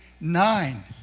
nine